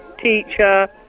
teacher